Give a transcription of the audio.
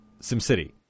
SimCity